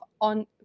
on